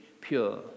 pure